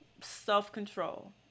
self-control